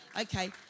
Okay